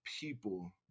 people